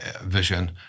vision